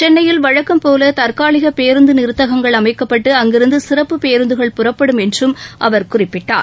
சென்னையில் வழக்கம்போல தற்காலிக பேருந்து நிறுத்தகங்கள் அமைக்கப்பட்டு அங்கிருந்து சிறப்பு பேருந்துகள் புறப்படும் என்றும் அவர் குறிப்பிட்டார்